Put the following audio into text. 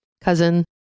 cousin